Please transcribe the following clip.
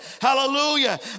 Hallelujah